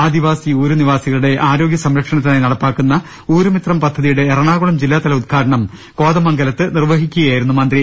ആദിവാസി ഊരു നിവാസികളുടെ ആരോഗ്യസംരക്ഷണത്തിനായി നടപ്പാക്കുന്ന ഊരുമിത്രം പദ്ധതിയുടെ എറണാകുളം ജില്ലാതല ഉദ്ഘാടനം കോതമംഗലത്ത് നിർവ്വഹിക്കു കയായിരുന്നു മന്ത്രി